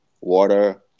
water